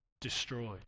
destroyed